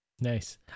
nice